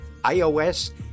iOS